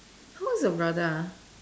how old is your brother ah